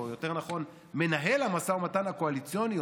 או יותר נכון מנהל המשא ומתן הקואליציוני,